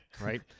Right